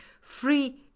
free